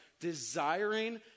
desiring